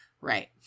right